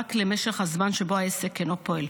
ורק למשך הזמן שבו העסק אינו פועל.